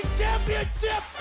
championship